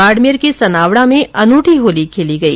बाडमेर के सनावडा में अनूठी होली खेली गई